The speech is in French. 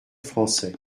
français